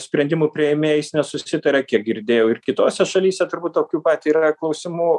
sprendimų priėmėjais nesusitaria kiek girdėjau ir kitose šalyse turbūt tokių pat yra klausimų